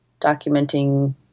documenting